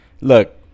Look